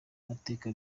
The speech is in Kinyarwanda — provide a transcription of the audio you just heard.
mateka